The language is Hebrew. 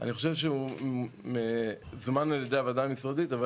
אני חושב שהוא זומן על ידי הוועדה הבין